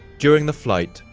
during the flight,